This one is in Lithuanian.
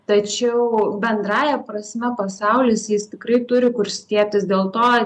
tačiau bendrąja prasme pasaulis jis tikrai turi kur stiebtis dėl to